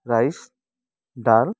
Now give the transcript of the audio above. rice dal